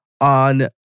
on